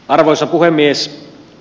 arvoisa puhemies